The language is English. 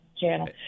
channel